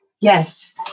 Yes